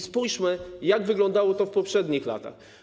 Spójrzmy, jak wyglądało to w poprzednich latach.